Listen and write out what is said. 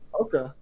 Okay